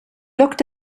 looked